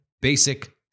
basic